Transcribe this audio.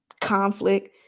conflict